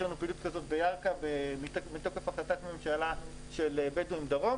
יש לנו פעילות כזאת בירכא מתוקף החלטת ממשלה של בדואים דרום,